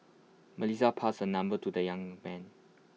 Melissa passed her number to the young man